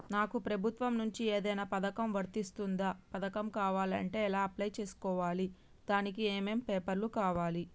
నాకు ప్రభుత్వం నుంచి ఏదైనా పథకం వర్తిస్తుందా? పథకం కావాలంటే ఎలా అప్లై చేసుకోవాలి? దానికి ఏమేం పేపర్లు కావాలి?